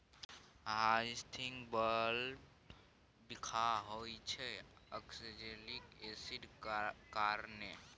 hyacinth bulb बिखाह होइ छै आक्जेलिक एसिडक कारणेँ